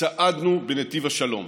צעדנו בנתיב השלום.